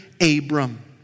Abram